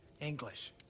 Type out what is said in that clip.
English